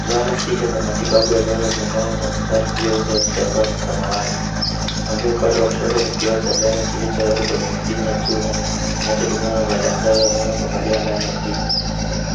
Zana sita za matibabu ya meno zimepangwa kwa mstari juu uso wa kitambaa cha samawati. Kuanzia upande wa kushoto ni kioo cha meno kilichowekwa kwenye mpini ya chuma kinachotumiwa na madaktari wa meno kuangalia ndani ya kinywa.